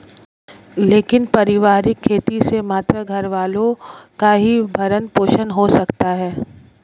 लेकिन पारिवारिक खेती से मात्र घरवालों का ही भरण पोषण हो सकता है